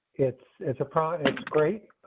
it's it's a product. it's great.